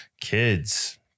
kids